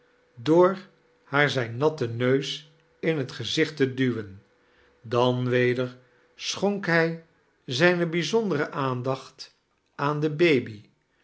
door haar zijn natten neus in het gezicht te duwen dan weder schonk hij zijne bijzondere aandaoht aan de baby